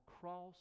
cross